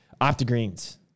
OptiGreens